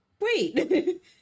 Wait